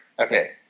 Okay